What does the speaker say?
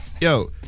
Yo